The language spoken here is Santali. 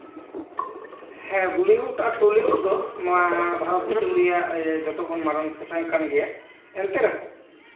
ᱦᱮᱸ ᱵᱚᱞᱤᱣᱩᱰ ᱟᱨ ᱴᱚᱞᱤᱣᱩᱰ ᱫᱚ ᱱᱚᱣᱟ ᱵᱷᱟᱨᱚᱛ ᱫᱤᱥᱚᱢ ᱨᱮᱭᱟᱜ ᱡᱚᱛᱚᱠᱷᱚᱱ ᱢᱟᱨᱟᱝ ᱯᱷᱮᱥᱮᱱ ᱠᱟᱱ ᱜᱮᱭᱟ ᱮᱱᱛᱮ ᱨᱮᱦᱚᱸ